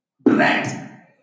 bread